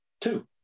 Two